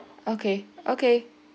okay okay